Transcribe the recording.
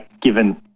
given